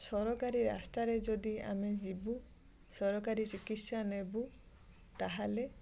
ସରକାରୀ ରାସ୍ତାରେ ଯଦି ଆମେ ଯିବୁ ସରକାରୀ ଚିକିତ୍ସା ନେବୁ ତାହେଲେ